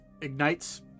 ignites